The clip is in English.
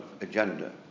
agenda